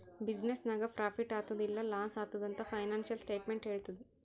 business ನಾಗ್ profit ಆತ್ತುದ್ ಇಲ್ಲಾ ಲಾಸ್ ಆತ್ತುದ್ ಅಂತ್ ಫೈನಾನ್ಸಿಯಲ್ ಸ್ಟೇಟ್ಮೆಂಟ್ ಹೆಳ್ತುದ್